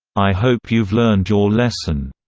i hope you've learned your lesson.